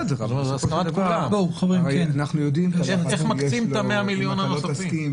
אנחנו יודעים את הלחץ שיש אם האסיר לא יסכים,